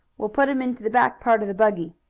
we'll put him into the back part of the buggy.